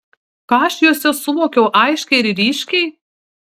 ką aš juose suvokiau aiškiai ir ryškiai